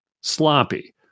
sloppy